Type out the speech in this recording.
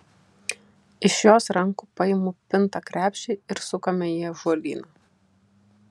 iš jos rankų paimu pintą krepšį ir sukame į ąžuolyną